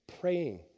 Praying